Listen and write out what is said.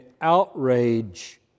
outrage